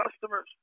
customers